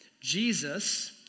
Jesus